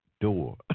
door